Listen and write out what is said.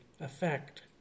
effect